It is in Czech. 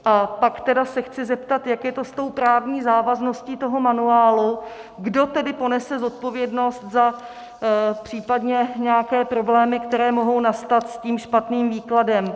A pak tedy se chci zeptat, jak je to s tou právní závazností toho manuálu, kdo tedy ponese zodpovědnost za případně nějaké problémy, které mohou nastat tím špatným výkladem.